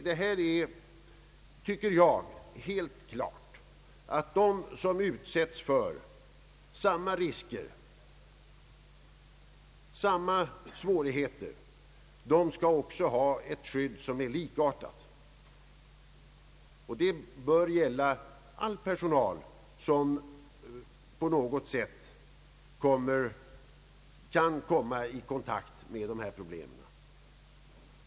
Det är, tycker jag, helt klart, att de som utsättes för samma risker och samma svårigheter också skall ha ett likartat skydd. Det bör gälla all personal som på något sätt kan komma i kontakt med dessa problem.